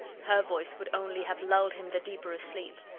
her voice would only have lulled him the deeper asleep.